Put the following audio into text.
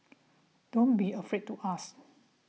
don't be afraid to ask